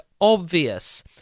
obvious